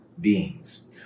beings